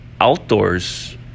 outdoors